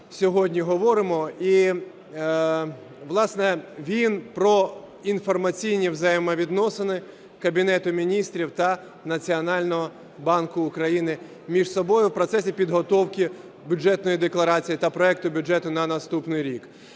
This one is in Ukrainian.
сьогодні говоримо. І, власне, він про інформаційні взаємовідносини Кабінету Міністрів та Національного банку України між собою в процесі підготовки Бюджетної декларації та проекту бюджету на наступний рік.